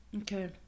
Okay